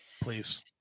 Please